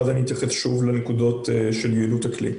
ואז אתייחס שוב לנקודות של יעילות הכלי.